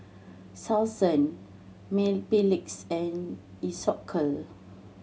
Selsun Mepilex and Isocal